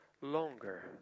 longer